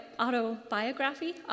autobiography